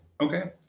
Okay